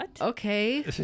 okay